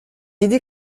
idées